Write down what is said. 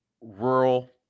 rural